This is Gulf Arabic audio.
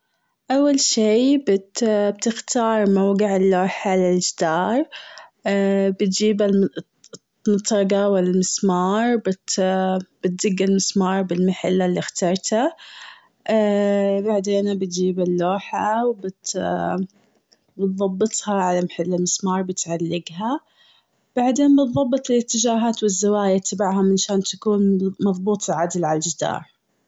أول شي بتختار موقع اللوحة على الجدار. بتجيب ال- المطرقة و المسمار بت- بتدق المسمار بالمحل اللي اخترته. بعدين بتجيب اللوحة بت- بتظبطها على بتعالجها. بعدين بتظبط الإتجاهات والزوايا تبعهم عشان تكون مظبوطة عدل على الجدار.